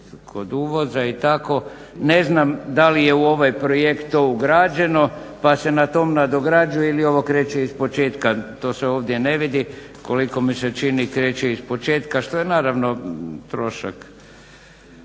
kod uvoza i tako. Ne znam da li je u ovaj projekt to ugrađeno pa se na tom nadograđuje ili ovo kreće ispočetka to se ovdje ne vidi. Koliko mi se čini kreće ispočetka što je naravno trošak.